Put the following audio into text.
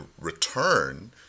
return